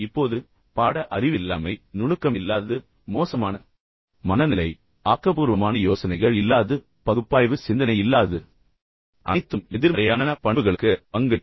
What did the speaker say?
இப்போது பாட அறிவு இல்லாமை நுணுக்கம் இல்லாதது மோசமான மனநிலை ஆக்கபூர்வமான யோசனைகள் இல்லாதது பகுப்பாய்வு சிந்தனை இல்லாதது அனைத்தும் எதிர்மறையான பண்புகளுக்கு பங்களிக்கும்